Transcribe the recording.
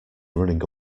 running